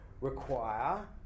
require